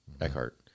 Eckhart